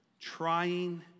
trying